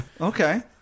Okay